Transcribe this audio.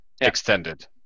Extended